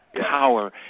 power